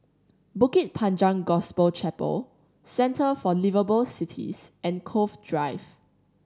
Bukit Panjang Gospel Chapel Centre for Liveable Cities and Cove Drive